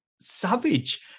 savage